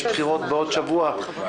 יש בחירות בעוד שבוע ,